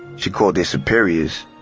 she called their superiors,